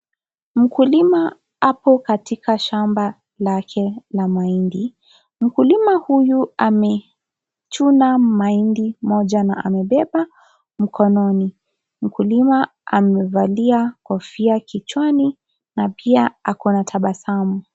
Mkulima apo katika shamba lake la mahindi. Mkulima huyu amechuna mahindi moja na amebeba mkononi. Mkulima amevalia kofia kichwani na pia ako na tabasamu.